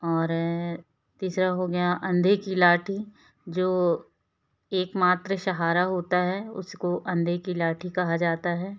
और तीसरा हो गया अंधे की लाठी जो एकमात्र सहारा होता है उसको अंधे की लाठी कहा जाता है